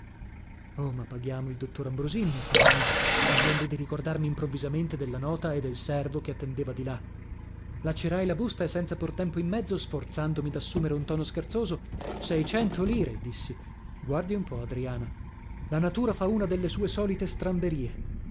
oh ma paghiamo il dottor ambrosini esclamai fingendo di ricordarmi improvvisamente della nota e del servo che attendeva di là lacerai la busta e senza pr tempo in mezzo sforzandomi dassumere un tono scherzoso seicento lire dissi guardi un po adriana la natura fa una delle sue solite stramberie per